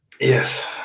Yes